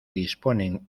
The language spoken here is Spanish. disponen